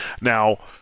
Now